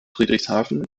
friedrichshafen